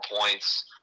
points